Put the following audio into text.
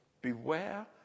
Beware